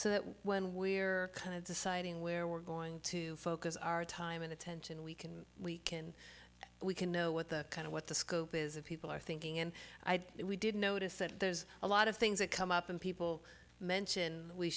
so that when we are kind of deciding where we're going to focus our time and attention we can we can we can know what the kind of what the scope is of people are thinking and we did notice that there's a lot of things that come up and people mention we